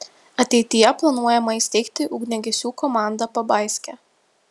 ateityje planuojama įsteigti ugniagesių komandą pabaiske